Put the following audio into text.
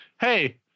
Hey